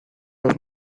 los